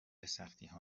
سختیها